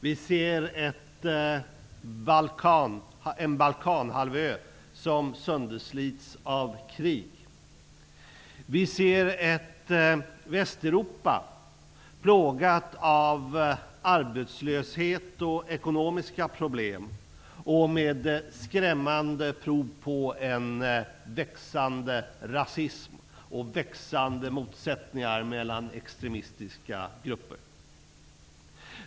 Vi ser en Balkanhalvö som sönderslits av krig. Vi ser ett Västeuropa plågat av arbetslöshet och ekonomiska problem och med skrämmande prov på en växande rasism och växande motsättningar mellan extremistiska grupper.